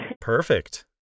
Perfect